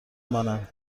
مانند